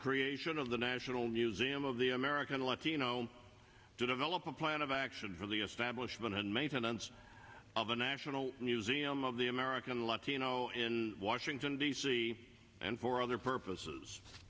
creation of the national museum of the american latino to develop a plan of action for the establishment and maintenance of the national museum of the american latino in washington d c and for other purposes